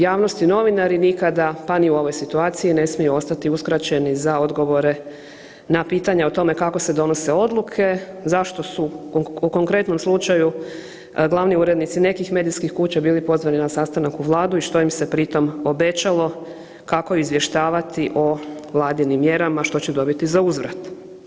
Javnost i novinari nikada pa ni u ovoj situaciji ne smiju ostati uskraćeni za odgovore na pitanja o tome kako se donose odluke, zašto su o konkretnom slučaju glavni urednici nekih medijskih kuća bili pozvani na sastanak u Vladu i što im se pri tom obećalo, kako izvještavati o Vladinim mjerama što će dobiti za uzvrat.